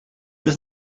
was